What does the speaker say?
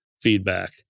feedback